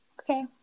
Okay